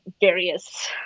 various